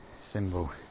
symbol